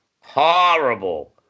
Horrible